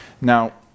Now